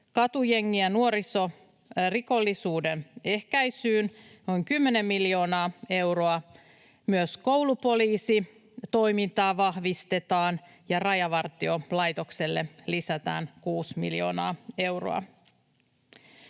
katujengi- ja nuorisorikollisuuden ehkäisyyn noin kymmenen miljoonaa euroa. Myös koulupoliisitoimintaa vahvistetaan, ja Rajavartiolaitokselle lisätään kuusi miljoonaa euroa.